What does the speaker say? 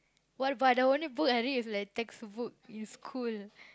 !wah! but the only book I read is like textbook in school